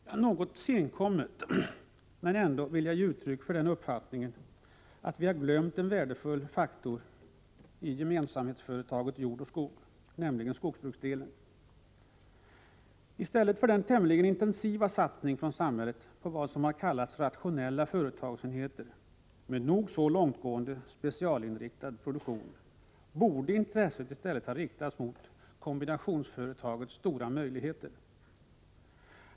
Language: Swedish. Det är något senkommet, men jag vill ändå ge uttryck för den uppfattningen att vi har glömt en värdefull faktor i gemensamhetsföretaget jord och skog, nämligen skogsbruksdelen. I stället för den tämligen intensiva satsning från samhället på vad som kallas rationella företagsenheter, med nog så långtgående specialinriktad produktion, borde intresset hellre ha riktats mot kombinationsföretagens stora möjligheter.